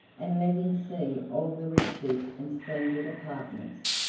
and let him see all the riches and splendid apartments,